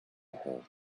her